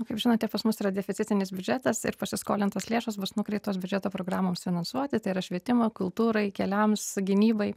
kaip žinote pas mus yra deficitinis biudžetas ir pasiskolintos lėšos bus nukreiptos biudžeto programoms finansuoti tai yra švietimui kultūrai keliams gynybai